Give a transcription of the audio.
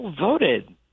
voted